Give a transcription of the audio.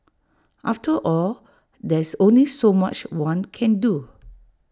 after all there's only so much one can do